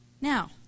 Now